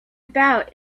about